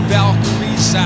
Valkyries